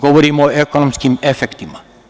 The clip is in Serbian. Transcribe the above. Govorimo o ekonomskim efektima.